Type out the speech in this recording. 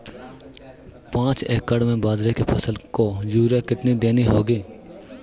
पांच एकड़ में बाजरे की फसल को यूरिया कितनी देनी होगी?